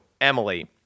Emily